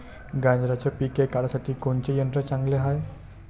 गांजराचं पिके काढासाठी कोनचे यंत्र चांगले हाय?